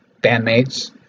bandmates